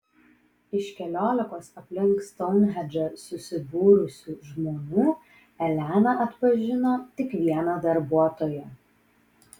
iš keliolikos aplink stounhendžą susibūrusių žmonių elena atpažino tik vieną darbuotoją